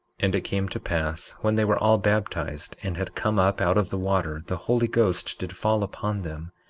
and it came to pass when they were all baptized and had come up out of the water, the holy ghost did fall upon them,